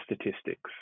statistics